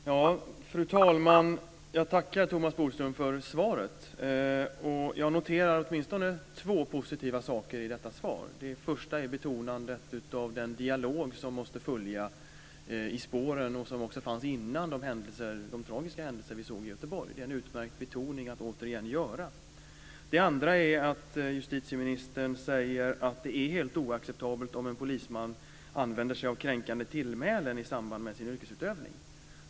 Fru talman! Jag tackar Thomas Bodström för svaret. Jag noterar åtminstone två positiva saker i detta svar. Det första är betonandet av den dialog som måste följa i spåren och som också fanns innan de tragiska händelserna vi såg i Göteborg. Det är en utmärkt betoning att återigen göra. Det andra är att justitieministern säger att det är helt oacceptabelt om en polisman använder sig av kränkande tillmälen i samband med sin yrkesutövning.